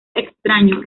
extraño